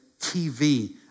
TV